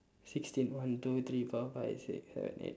sixteen one two three four five six seven eight